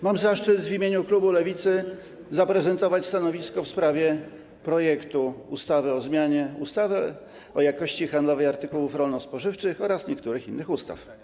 Mam zaszczyt w imieniu Lewicy zaprezentować stanowisko w sprawie projektu ustawy o zmianie ustawy o jakości handlowej artykułów rolno-spożywczych oraz niektórych innych ustaw.